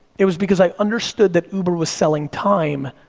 it was because i understood that uber was selling time,